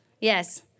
Yes